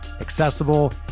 accessible